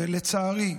לצערי,